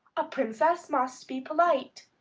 a princess must be polite,